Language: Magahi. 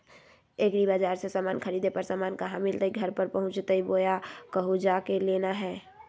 एग्रीबाजार से समान खरीदे पर समान कहा मिलतैय घर पर पहुँचतई बोया कहु जा के लेना है?